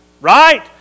right